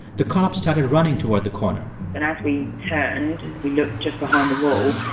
the cops started running toward the corner and as we turned, we looked just behind the wall.